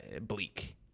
bleak